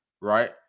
right